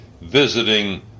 visiting